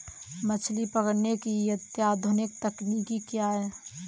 मछली पकड़ने की अत्याधुनिक तकनीकी क्या है?